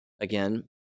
Again